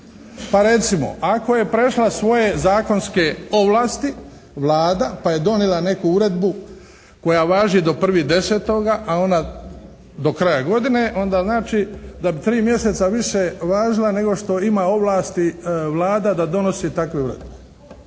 Pa recimo ako je prešla svoje zakonske ovlasti, Vlada, pa je donijela neku uredbu koja važi do 1.10., a ona, do kraja godine, onda znači da bi 3 mjeseca više važila nego što ima ovlasti Vlada da donosi takve uredbe.